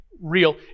real